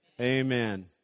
amen